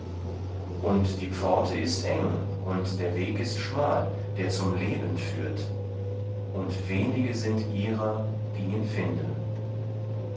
und die pforte ist eng und der weg ist schmal der zum leben führt und wenige sind ihrer die ihn finden